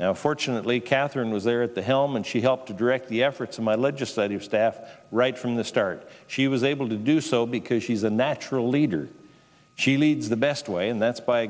now fortunately katherine was there at the helm and she helped to direct the efforts of my legislative staff right from the start she was able to do so because she's a natural leader she leads the best way and that's by